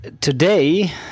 today